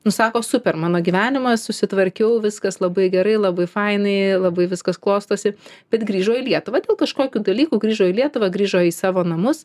nu sako super mano gyvenimas susitvarkiau viskas labai gerai labai fainai labai viskas klostosi bet grįžo į lietuvą dėl kažkokių dalykų grįžo į lietuvą grįžo į savo namus